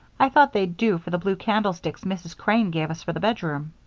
i thought they'd do for the blue candlesticks mrs. crane gave us for the bedroom.